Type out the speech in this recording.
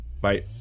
Bye